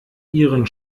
ihren